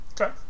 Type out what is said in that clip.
Okay